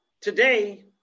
Today